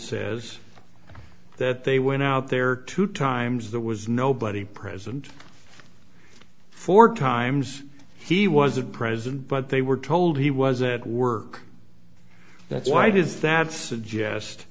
says that they went out there two times there was nobody present four times he wasn't present but they were told he was at work that's why does that suggest